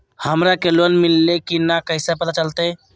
हमरा के लोन मिल्ले की न कैसे पता चलते?